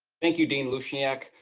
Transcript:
thank you, dean lushniak.